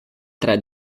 tre